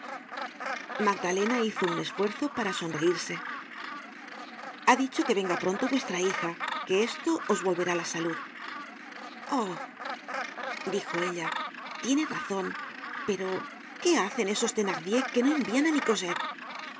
magdalena hizo un esfuerzo para sonreirse ha dicho que venga pronto vuestra hija que esto os volverá la salud oh dijo ella tiene razon pero qué hacen esos thenardier que no envian á mi